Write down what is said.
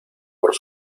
por